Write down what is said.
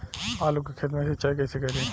आलू के खेत मे सिचाई कइसे करीं?